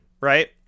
Right